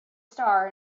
star